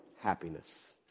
happiness